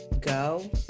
go